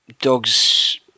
dog's